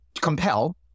compel